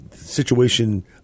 situation